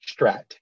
Strat